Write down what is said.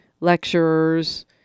lecturers